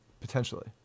potentially